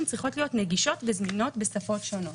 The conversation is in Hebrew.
צריכות להיות נגישות וזמינות בשפות שונות.